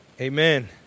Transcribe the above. Amen